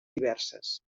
diverses